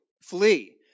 Flee